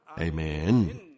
Amen